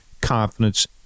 confidence